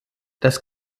das